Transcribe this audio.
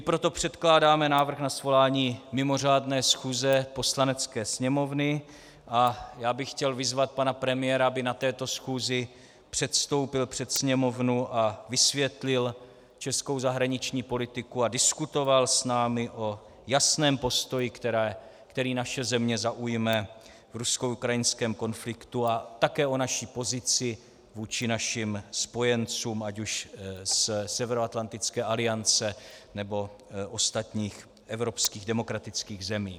Proto předkládáme návrh na svolání mimořádné schůze Poslanecké sněmovny a já bych chtěl vyzvat pana premiéra, aby na této schůzi předstoupil před Sněmovnu a vysvětlil českou zahraniční politiku a diskutoval s námi o jasném postoji, který naše země zaujme v ruskoukrajinském konfliktu, a také o naší pozici vůči našim spojencům, ať už ze Severoatlantické aliance, nebo ostatních evropských demokratických zemí.